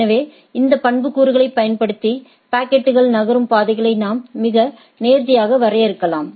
எனவே இந்த பண்புக்கூறுகளை பயன்படுத்தி பாக்கெட்டுகள் நகரும் பாதைகளை நாம் மிக நேர்த்தியாக வரையறுக்கலாம்